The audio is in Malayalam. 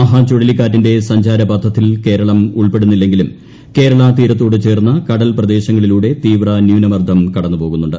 മഹാ ചുഴലിക്കാറ്റിന്റെ സഞ്ചാരപഥത്തിൽ കേരളം ഉൾപ്പെടുന്നില്ലെങ്കിലും തീരത്തോട് കേരള ചേർന്ന കടൽപ്രദേശങ്ങളിലൂടെ തീവ്ര ന്യൂനമർദ്ദം കടന്നുപോകുന്നുണ്ട്